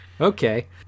okay